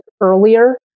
earlier